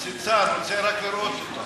מציצן, רוצה רק לראות אותה.